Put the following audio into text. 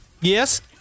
Yes